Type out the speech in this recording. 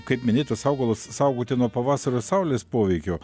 kaip minėtus augalus saugoti nuo pavasario saulės poveikio